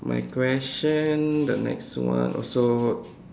my question the next one also